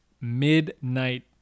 midnight